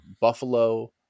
Buffalo